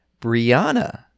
Brianna